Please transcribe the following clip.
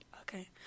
Okay